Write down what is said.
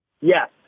Yes